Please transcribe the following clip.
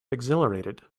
exhilarated